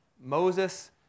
Moses